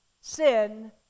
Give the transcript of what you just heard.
sin